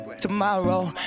tomorrow